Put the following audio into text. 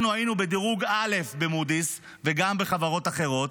אנחנו היינו בדירוג א' במודי'ס וגם בחברות אחרות,